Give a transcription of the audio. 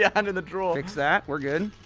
yeah hand in the drawer! oh, fix that, we're good